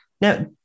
Now